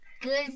Good